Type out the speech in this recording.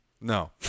No